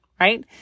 right